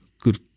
Good